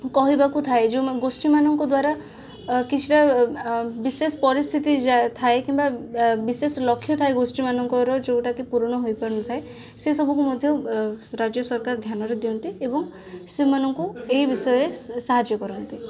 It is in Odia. କହିବାକୁ ଥାଏ ଯେଉଁ ଗୋଷ୍ଠୀମାନଙ୍କ ଦ୍ଵାରା ଅ କିଛିଟା ଅ ବିଶେଷ ପରିସ୍ଥିତି ଯା ଥାଏ କିମ୍ବା ବିଶେଷ ଲକ୍ଷ୍ୟ ଥାଏ ଗୋଷ୍ଠୀମାନଙ୍କର ଯେଉଁଟାକି ପୂରଣ ହୋଇପାରୁ ନ ଥାଏ ସେ ସବୁକୁ ମଧ୍ୟ ଅ ରାଜ୍ୟ ସରକାର ଧ୍ୟାନରେ ଦିଅନ୍ତି ଏବଂ ସେମାନଙ୍କୁ ଏହି ବିଷୟରେ ସାହାଯ୍ୟ କରନ୍ତି